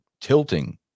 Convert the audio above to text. tilting